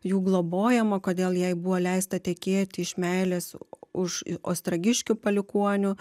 jų globojama kodėl jai buvo leista tekėti iš meilės už ostragiškių palikuonių